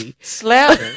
slap